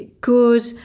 good